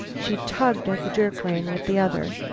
she tugged at the jerk-rein with the other.